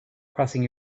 crossing